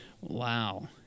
Wow